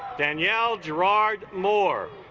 danyel gerard more